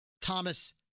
Thomas